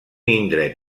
indret